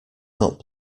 not